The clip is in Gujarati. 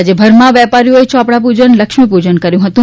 રાજ્યભરમાં વેપારીએ ચોપડા પૂજન લક્ષ્મીપૂજન કર્યુ હતું